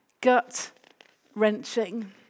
gut-wrenching